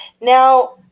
Now